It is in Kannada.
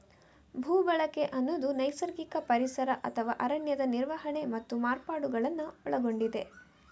ಭೂ ಬಳಕೆ ಅನ್ನುದು ನೈಸರ್ಗಿಕ ಪರಿಸರ ಅಥವಾ ಅರಣ್ಯದ ನಿರ್ವಹಣೆ ಮತ್ತು ಮಾರ್ಪಾಡುಗಳನ್ನ ಒಳಗೊಂಡಿದೆ